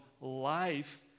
life